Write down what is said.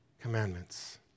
commandments